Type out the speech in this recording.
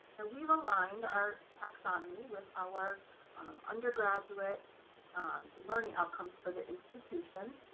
and we've aligned our taxonomy with our undergraduate learning outcomes for the institution.